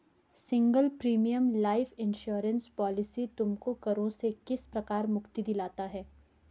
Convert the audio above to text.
Single premium life insurance policy तुमको करों से किस प्रकार मुक्ति दिलाता है?